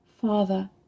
Father